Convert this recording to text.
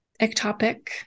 ectopic